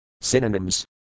Synonyms